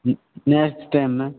nest time में